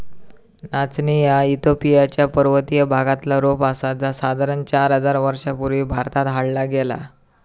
नाचणी ह्या इथिओपिया च्या पर्वतीय भागातला रोप आसा जा साधारण चार हजार वर्षां पूर्वी भारतात हाडला गेला